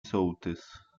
sołtys